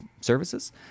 services